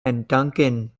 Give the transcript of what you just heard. duncan